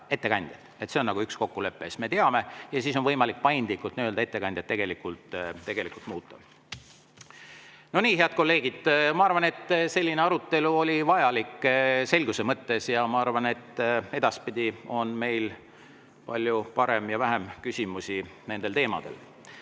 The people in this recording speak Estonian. See on üks kokkulepe. Siis me teame ja siis on võimalik ettekandjat paindlikult muuta. Nonii, head kolleegid! Ma arvan, et selline arutelu oli vajalik selguse mõttes, ja ma arvan, et edaspidi on meil palju parem ja vähem küsimusi nendel teemadel.